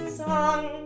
song